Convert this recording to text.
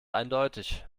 eindeutig